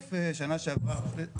בסוף שנה שעברה,